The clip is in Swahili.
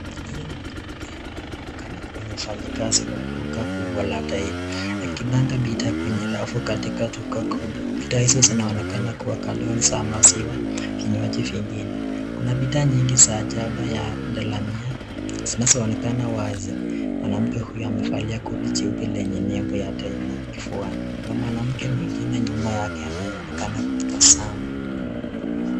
Huyu ni mwanamke ambaye anaonekana ni mfanyikazi wa duka kubwa la Daima akipanga bidhaa kwenye rafu katika duka kubwa. Bidhaa hizo zinaonekana kuwa katoni za maziwa kinywaji vingine. Kuna bidhaa nyingi za ajaba ya (cs)Delamere(cs) zinazoonekana wazi. Mwanamke huyu amevalia koti nyeupe lenye nembo ya Daima kifuani. Kuna mwanamke mwingine nyuma yake anayeonekana kutazama.